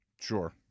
Sure